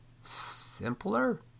simpler